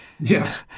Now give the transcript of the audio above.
Yes